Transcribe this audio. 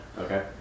Okay